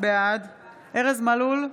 בעד ארז מלול,